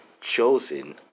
chosen